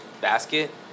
basket